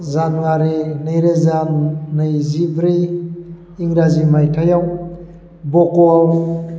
जानुवारि नैरोजा नैजिब्रै इंराजि मायथाइआव बक'आव